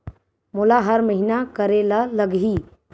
मोला हर महीना करे ल लगही?